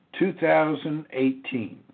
2018